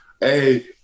Hey